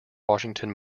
washington